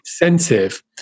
incentive